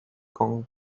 como